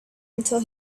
until